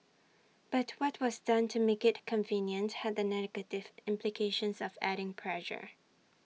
but what was done to make IT convenient had the negative implications of adding pressure